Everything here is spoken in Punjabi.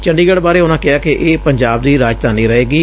ਚੰਡੀਗਤ੍ਹ ਬਾਰੇ ਉਨ੍ਹਾਂ ਕਿਹਾ ਕਿ ਇਹ ਪੰਜਾਬ ਦੀ ਰਾਜਧਾਨੀ ਰਹੇਗੀ